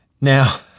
Now